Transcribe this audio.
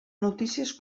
notícies